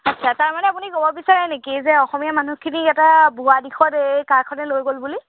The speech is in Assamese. আচ্ছা তাৰমানে আপুনি ক'ব বিচাৰে নেকি যে অসমীয়া মানুহখিনি এটা ভুৱা দিশত এই কা খনে লৈ গ'ল বুলি